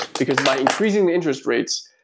because by increasing the interest rates,